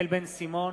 כי הסעיף יימחק.